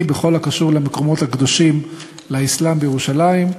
בכל הקשור למקומות הקדושים לאסלאם בירושלים.